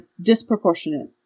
disproportionate